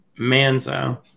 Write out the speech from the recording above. manzo